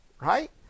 right